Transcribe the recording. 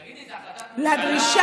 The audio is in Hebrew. תגידי, זה החלטת ממשלה?